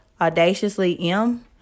audaciouslym